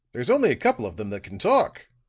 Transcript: there's only a couple of them that can talk!